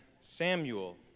Samuel